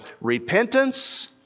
repentance